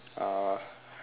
uh